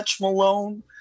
Malone